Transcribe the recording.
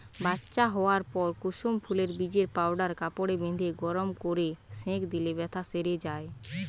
বাচ্চা হোয়ার পর কুসুম ফুলের বীজের পাউডার কাপড়ে বেঁধে গরম কোরে সেঁক দিলে বেথ্যা সেরে যায়